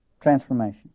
transformation